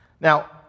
Now